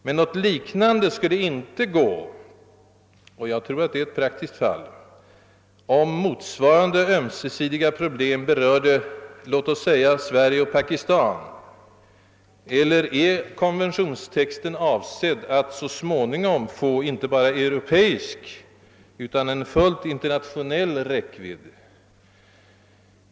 Men något liknande skulle inte kunna ske — och jag tror att det är ett praktiskt fall — om motsvarande ömsesidiga problem berörde låt mig säga Sverige och Pakistan. Eller är konventionstexten avsedd att så småningom få inte bara en europeisk utan en fullt internationell räckvidd?